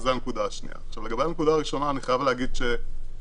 אני נוהג פה עם משאית.